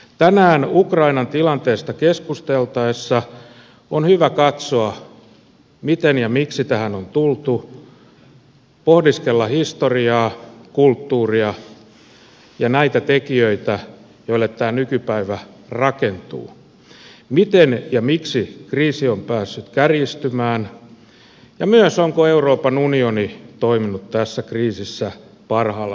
tänään ukrainan tilanteesta keskusteltaessa on hyvä katsoa miten ja miksi tähän on tultu pohdiskella historiaa kulttuuria ja näitä tekijöitä joille tämä nykypäivä rakentuu katsoa miten ja miksi kriisi on päässyt kärjistymään ja myös onko euroopan unioni toiminut tässä kriisissä parhaalla mahdollisella tavalla